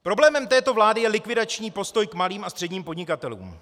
Problémem této vlády je likvidační postoj k malým a středním podnikatelům.